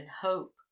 hope